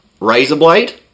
Razorblade